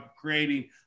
creating